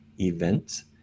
events